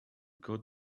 got